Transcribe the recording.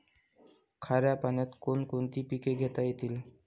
खाऱ्या पाण्यात कोण कोणती पिके घेता येतील?